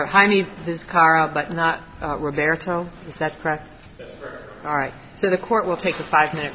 or jaime his car out but not roberto is that correct all right so the court will take a five minute